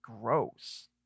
gross